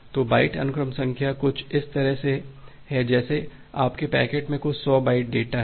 तो बाइट अनुक्रम संख्या कुछ इस तरह से है जैसे कि आपके पैकेट में कुछ 100 बाइट डेटा है